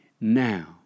now